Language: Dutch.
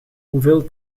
hoeveel